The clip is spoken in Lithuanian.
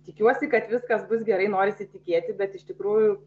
tikiuosi kad viskas bus gerai norisi tikėti bet iš tikrųjų